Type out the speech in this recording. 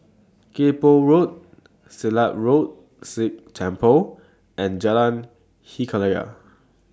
Kay Poh Road Silat Road Sikh Temple and Jalan Hikayat